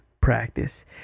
practice